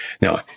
Now